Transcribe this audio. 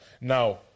Now